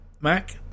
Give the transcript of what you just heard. Mac